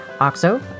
OXO